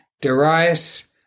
Darius